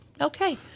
Okay